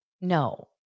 No